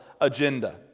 agenda